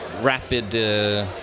rapid